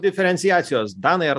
diferenciacijos danai ar